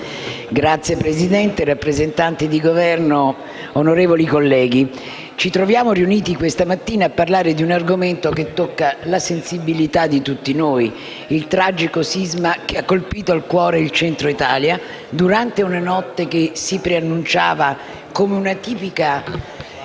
Signor Presidente, rappresentanti del Governo, onorevoli colleghi, ci troviamo riuniti questa mattina a parlare di un argomento che tocca la sensibilità di tutti noi: il tragico sisma che ha colpito il Centro Italia durante una notte che si preannunciava come una tipica